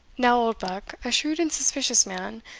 now oldbuck, a shrewd and suspicious man,